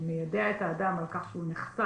מיידע את האדם על כך שהוא נחשף